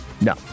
No